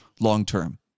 long-term